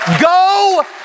Go